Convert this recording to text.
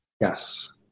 Yes